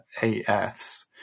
AFs